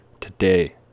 today